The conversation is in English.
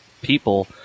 people